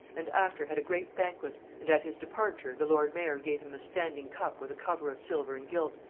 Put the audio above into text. and after had a great banquet, and at his departure the lord-mayor gave him a standing cup with a cover of silver and gilt,